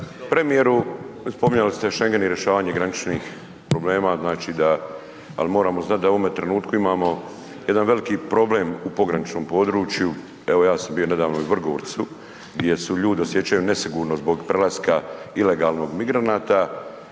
Premijeru, spominjali ste Schengen i rješavanje graničnih problema, znači da, ali moramo znati da u ovome trenutku imamo jedan veliki problem u pograničnom području. Evo ja sam bio nedavno i u Vrgorcu, gdje se ljudi osjećaju nesigurno zbog prelaska ilegalnog migranata,